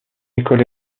école